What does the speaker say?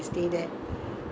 my mother-in-law's place